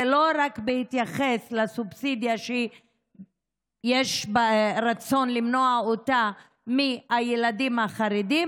זה לא רק בהתייחס לסובסידיה שיש רצון למנוע אותה מהילדים החרדים,